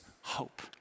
hope